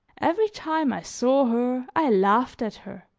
every time i saw her i laughed at her,